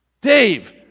Dave